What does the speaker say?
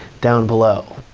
down below.